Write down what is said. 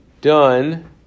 done